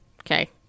Okay